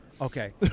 Okay